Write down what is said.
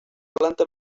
planta